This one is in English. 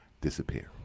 disappear